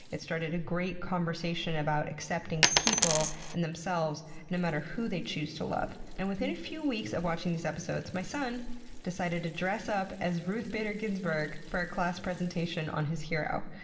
it started a great conversation about accepting people in themselves no matter who they choose to love. and within a few weeks of watching these episodes, my son decided to dress up as ruth bader ginsburg for a class presentation on his hero.